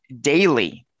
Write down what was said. daily